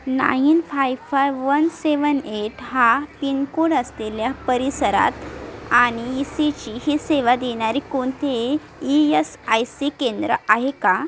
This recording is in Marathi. nine five five one seven eight हा पिनकोड असलेल्या परिसरात आणि ई सी जी ही सेवा देणारी कोणती ई एस आय सी केंद्रं आहे का